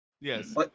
Yes